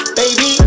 baby